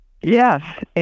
Yes